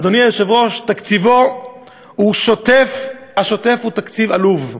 אדוני היושב-ראש, תקציבו השוטף הוא תקציב עלוב,